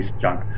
junk